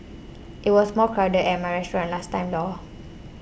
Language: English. it was more crowded at my restaurant last time Lor